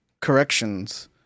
corrections